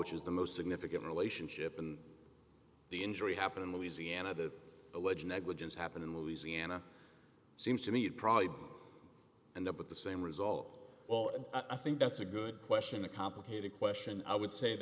which is the most significant relationship in the injury happened in louisiana the alleged negligence happened in louisiana seems to me you'd probably end up with the same result well i think that's a good question a complicated question i would say